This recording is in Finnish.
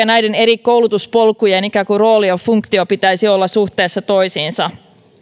näiden eri koulutuspolkujen ikään kuin rooli ja funktio pitäisi olla suhteessa toisiinsa